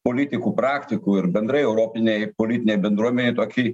politikų praktikų ir bendrai europinei politinei bendruomenei tokį